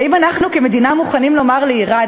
האם אנחנו כמדינה מוכנים לומר לעירד,